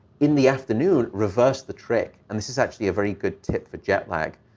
in the afternoon, reverse the trick. and this is actually a very good tip for jet lag.